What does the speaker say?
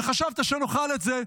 וחשבת שנאכל את זה.